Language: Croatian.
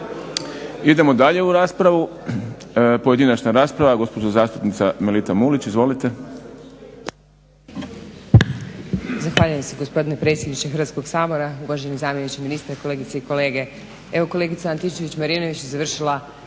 Idemo dalje u raspravu, pojedinačna rasprava. Gospođa zastupnica Melita Mulić, izvolite.